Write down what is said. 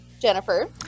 Jennifer